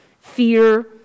fear